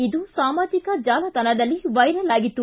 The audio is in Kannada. ಇದು ಸಾಮಾಜಿಕ ಜಾಲತಾಣದಲ್ಲಿ ವೈರಲ್ ಆಗಿತ್ತು